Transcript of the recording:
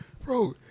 Bro